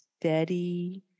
steady